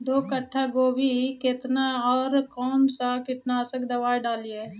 दो कट्ठा गोभी केतना और कौन सा कीटनाशक दवाई डालिए?